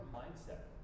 mindset